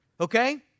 okay